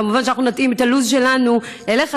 כמובן שאנחנו נתאים את הלו"ז שלנו אליך,